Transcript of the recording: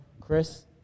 Chris